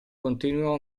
continuò